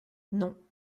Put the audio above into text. non